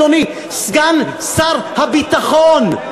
אדוני סגן שר הביטחון,